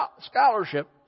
scholarship